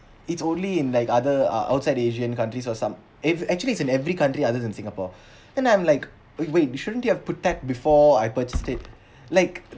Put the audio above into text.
it's only in like other uh outside asian countries or some if actually is in every country other than singapore then I'm like wait wait you shouldn't you put tag before I purchase it like